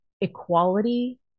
equality